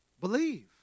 Believe